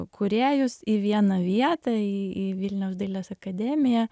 kūrėjus į vieną vietą į vilniaus dailės akademiją